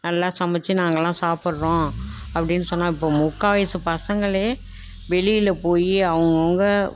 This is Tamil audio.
நல்லா சமைத்து நாங்களெல்லாம் சாப்பிட்றோம் அப்படினு சொன்னான் இப்போ முக்கால் வயதுப் பசங்களே வெளியில் போய் அவங்க அவங்க